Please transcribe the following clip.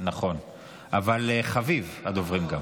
אחרון הדוברים.